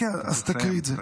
אוקיי, אז תקריא את זה, טוב?